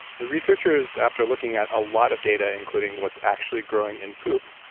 the researchers, after looking at a lot of data including what's actually growing in poop,